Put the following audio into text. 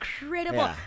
incredible